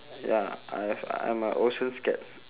ya I have I'm a ocean scared